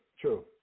true